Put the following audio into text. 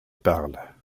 parle